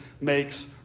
makes